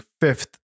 fifth